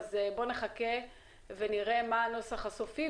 בואו נחכה לראות את הנוסח הסופי,